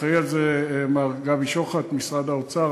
אחראי על זה מר גבי שוחט ממשרד האוצר,